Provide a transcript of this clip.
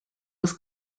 was